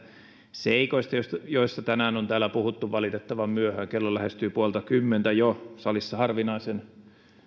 seikoista joista joista tänään on täällä puhuttu valitettavan myöhään kello lähestyy jo puolta kymmentä salissa on harvinaisen